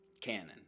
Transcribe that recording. Canon